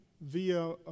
via